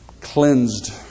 cleansed